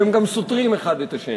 שהם גם סותרים האחד את השני.